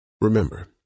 Remember